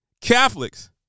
Catholics